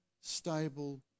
stable